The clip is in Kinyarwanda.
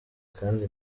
kandi